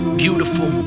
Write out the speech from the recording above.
beautiful